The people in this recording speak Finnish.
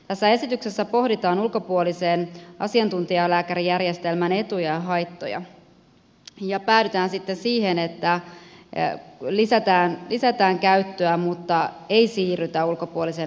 tässä esityksessä pohditaan ulkopuolisen asiantuntijalääkärijärjestelmän etuja ja haittoja ja päädytään sitten siihen että lisätään käyttöä mutta ei siirrytä ulkopuoliseen asiantuntijalääkärijärjestelmään